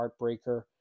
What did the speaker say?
heartbreaker